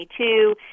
2022